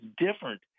different